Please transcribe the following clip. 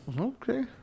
Okay